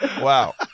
Wow